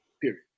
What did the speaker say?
period